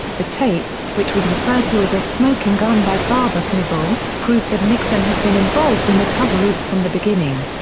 the tape, which was referred to as a smoking gun by barber conable, proved that nixon had been involved in the coverup from the beginning.